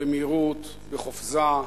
במהירות, בחופזה,